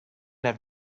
have